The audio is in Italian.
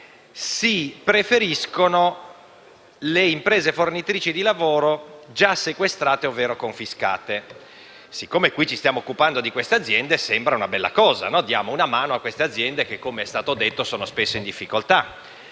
si preferiscono le imprese fornitrici di lavoro già sequestrate ovvero confiscate. Siccome qui ci stiamo occupando di queste aziende, sembra una bella cosa perché diamo una mano ad aziende che, come è stato detto, sono spesso in difficoltà.